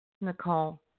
Nicole